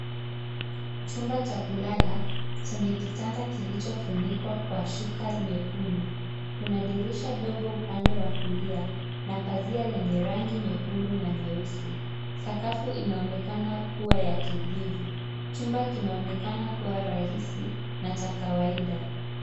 Chumba cha kulala chenye kitanda kilichofunikwa kwa shuka nyekundu. Kuna dirisha ndogo upande wa kulia na pazia lenye rangi nyekundu na nyeusi. Sakafu inaonekana kuwa ya kijivu. Chumba kinaonekana kuwa rahisi na cha kawaida.